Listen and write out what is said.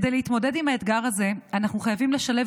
כדי להתמודד עם האתגר הזה אנחנו חייבים לשלב